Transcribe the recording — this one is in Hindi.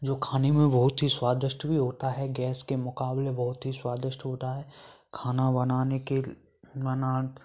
जो खाने में बहुत ही स्वादिष्ट भी होता है गैस के मुकाबले बहुत ही स्वादिष्ट होता है खाना बनाने के बना